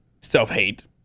self-hate